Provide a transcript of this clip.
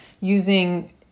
using